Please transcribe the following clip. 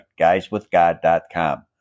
guyswithgod.com